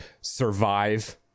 survive